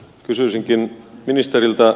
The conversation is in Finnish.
kysyisinkin ministeriltä